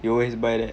you always buy that